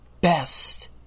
best